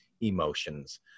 emotions